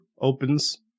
Opens